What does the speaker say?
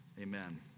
Amen